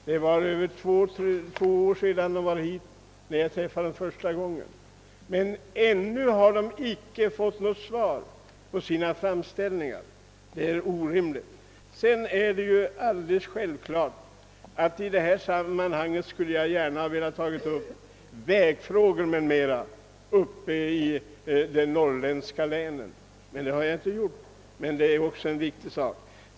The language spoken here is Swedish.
Det är nu över två år sedan jag träffade dem första gången, men ännu har de inte fått något svar på sina framställningar. Det är orimligt. Jag hade i detta sammanhang gärna också velat ta upp vägfrågor m.m. som berör norrlandslänen. Det har jag inte gjort, men detta är också en viktig sak.